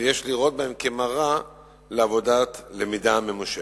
ויש לראות בהן מראה לעבודת למידה ממושכת.